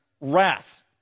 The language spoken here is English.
wrath